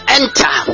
enter